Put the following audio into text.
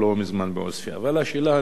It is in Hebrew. אבל השאלה הנשאלת היא באמת